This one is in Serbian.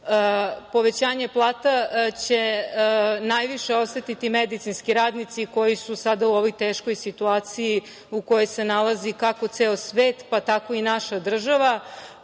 Povećanje plata će najviše osetiti medicinski radnici koji su sada u ovoj teškoj situaciji u kojoj se nalazi, kako ceo svet, pa, tako i naša država,